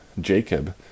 Jacob